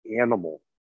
animal